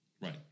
Right